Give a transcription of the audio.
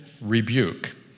rebuke